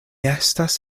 estas